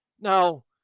Now